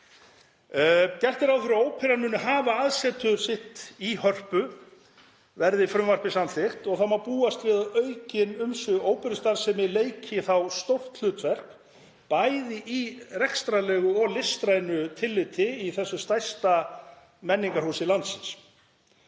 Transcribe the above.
fyrir að óperan muni hafa aðsetur sitt í Hörpu, verði frumvarpið samþykkt, og það má búast við að aukin umsvif óperustarfsemi leiki þá stórt hlutverk, bæði í rekstrarlegu og listrænu tilliti, í þessu stærsta menningarhúsi landsins.